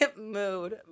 Mood